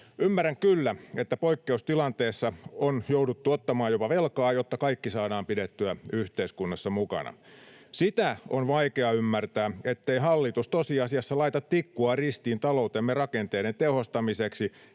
Ymmärrän kyllä, että poikkeustilanteessa on jouduttu ottamaan jopa velkaa, jotta kaikki saadaan pidettyä yhteiskunnassa mukana. Sitä on vaikea ymmärtää, ettei hallitus tosiasiassa laita tikkua ristiin taloutemme rakenteiden tehostamiseksi,